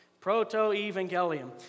Proto-Evangelium